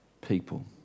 people